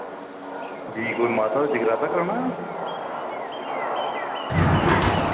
जी कोई माता दा जगराता कराना